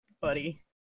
buddy